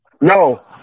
No